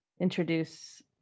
introduce